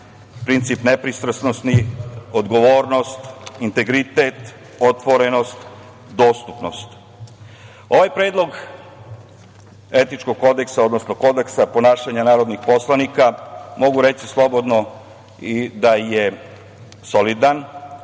princip nepristrasnosti, odgovornost, integritet, otvorenost, dostupnost. Ovaj predlog etičkog kodeksa odnosno Kodeksa ponašanja narodnih poslanika, mogu reći slobodno da je solidan,